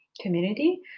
community